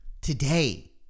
today